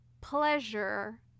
pleasure